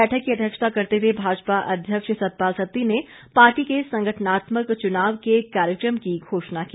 बैठक की अध्यक्षता करते हुए भाजपा अध्यक्ष सतपाल सत्ती ने पार्टी के संगठनात्मक चुनाव के कार्यक्रम की घोषणा की